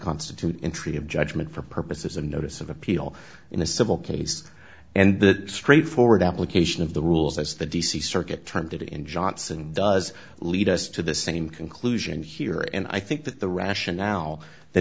constitute entry of judgment for purposes of notice of appeal in a civil case and that straightforward application of the rules as the d c circuit turned in johnson does lead us to the same conclusion here and i think that the rationale the